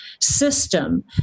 system